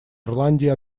ирландии